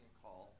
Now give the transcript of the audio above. call